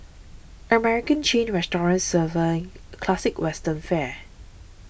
American chain restaurant serving classic Western fare